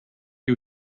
you